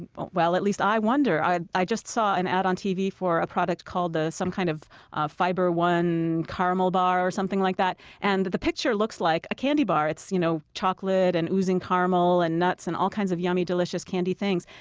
well, at least i wonder i i just saw an ad on tv for a product of ah some kind of of fiber one caramel bar or something like that, and the picture looks like a candy bar. it's you know chocolate and oozing caramel and nuts and all kinds of yummy, delicious candy things.